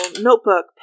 notebook